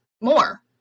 more